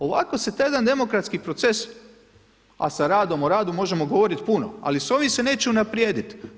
Ovako se taj jedan demokratski proces, a sa radom o radu možemo govoriti puno, ali s ovim se neće unaprijediti.